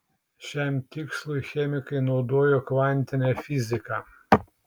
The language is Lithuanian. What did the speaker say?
šiam tikslui chemikai naudojo kvantinę fiziką